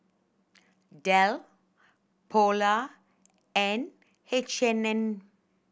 Dell Polar and H and M